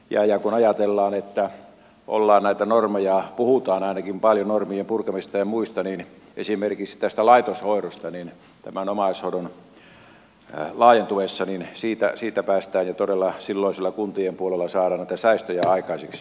ja kun ajatellaan että puhutaan ainakin paljon normien purkamisesta ja muista esimerkiksi tästä laitoshoidosta niin tämän omaishoidon laajentuessa siitä päästään ja todella silloin siellä kuntien puolella saadaan näitä säästöjä aikaiseksi